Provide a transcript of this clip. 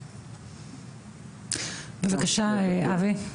בבקשה, אבי.